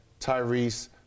Tyrese